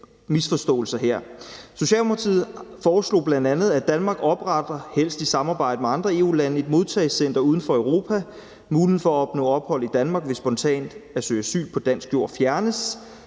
»Socialdemokratiet foreslår: Danmark opretter, helst i samarbejde med andre EU-lande, et modtagecenter udenfor Europa. Muligheden for at opnå ophold i Danmark ved spontant at søge asyl på dansk jord fjernes.